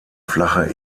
flache